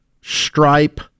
Stripe